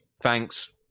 thanks